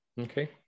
okay